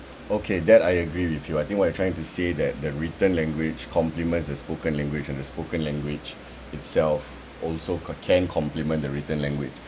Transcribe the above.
okay that I agree with you I think what you're trying to say that that written language complements the spoken language and the spoken language itself also co~ can complement the written language